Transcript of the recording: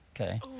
Okay